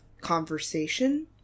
conversation